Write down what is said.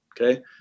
okay